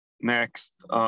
next